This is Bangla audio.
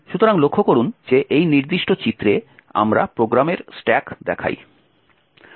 সুতরাং লক্ষ্য করুন যে এই নির্দিষ্ট চিত্রে আমরা প্রোগ্রামের স্ট্যাক দেখাই